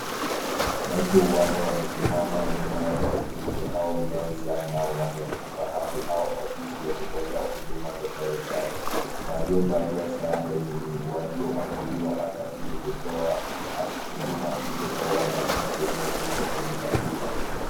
Watu wanne wamesimama nyuma ya tarakilishi au meza na wamelipa hadhi au ofisi za kutolea huduma za serikali. Waliovalia sare ni walioajiriwa hapa ili kutoa huduma hizo kwa wananchi wanaokuja kuzitafuta.